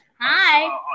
Hi